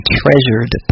treasured